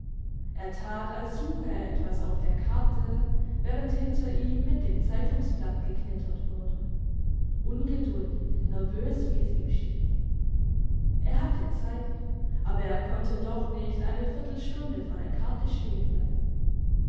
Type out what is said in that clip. er tat als suche er etwas auf der karte während hinter ihm mit dem zeitungsblatt geknittert wurde ungeduldig nervös wie es ihm schien er hatte zeit aber er konnte doch nicht eine viertelstunde vor der karte stehen bleiben